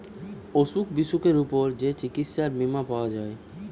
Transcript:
অসুখ বিসুখের উপর যে চিকিৎসার বীমা পাওয়া যায়